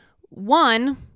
one